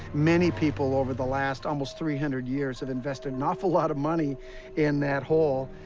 many people over the last almost three hundred years have invested an awful lot of money in that hole,